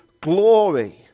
glory